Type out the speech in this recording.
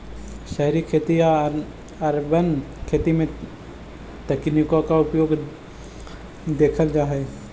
शहरी खेती या अर्बन खेती में तकनीकों का अधिक उपयोग देखल जा हई